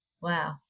wow